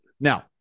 now